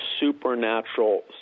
supernatural